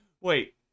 wait